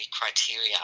criteria